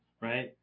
right